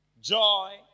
joy